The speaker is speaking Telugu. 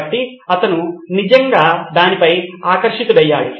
కాబట్టి అతను నిజంగా దానిపై ఆకర్షితుడయ్యాడు